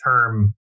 term